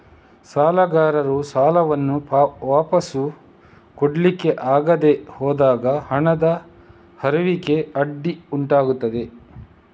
ಸಾಲಗಾರರು ಸಾಲವನ್ನ ವಾಪಸು ಕೊಡ್ಲಿಕ್ಕೆ ಆಗದೆ ಹೋದಾಗ ಹಣದ ಹರಿವಿಗೆ ಅಡ್ಡಿ ಉಂಟಾಗ್ತದೆ